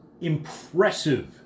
impressive